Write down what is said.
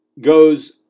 goes